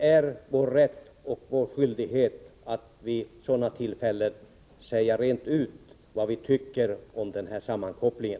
Det är vår rätt och vår skyldighet att vid sådana tillfällen säga rent ut vad vi tycker om den sammankopplingen.